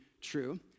true